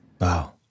Wow